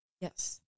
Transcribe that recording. Yes